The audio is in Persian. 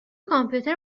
کامپیوتر